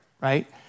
right